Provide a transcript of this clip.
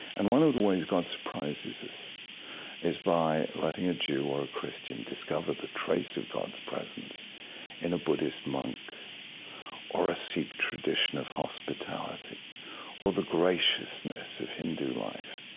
and one of the ways god surprises us is by letting a jew or a christian discover the trace of god's presence in a buddhist monk or a sikh tradition of hospitality or the graciousness of hindu life.